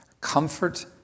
comfort